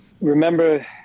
remember